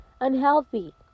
unhealthy